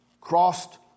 crossed